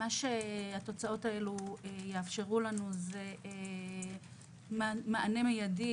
התוצאות האלה יאפשרו לנו מענה מידי